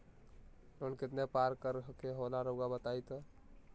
Loan कितने पारकर के होला रऊआ बताई तो?